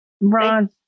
Ron